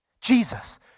Jesus